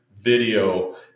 video